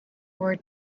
word